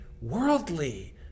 worldly